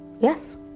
Yes